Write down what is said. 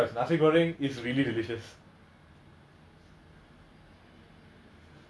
or nasi err or naa~ or nasi goreng with chicken